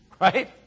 right